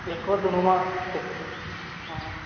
देखहो दुनूमे